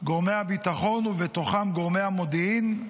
גורמי הביטחון, ובתוכם גורמי המודיעין,